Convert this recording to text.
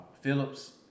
Phillips